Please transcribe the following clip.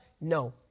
No